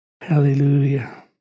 Hallelujah